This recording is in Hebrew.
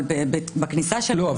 אבל בכניסה --- לא,